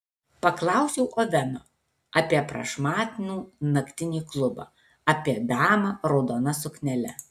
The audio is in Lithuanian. paklausiau oveno apie prašmatnų naktinį klubą apie damą raudona suknele